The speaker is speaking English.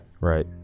right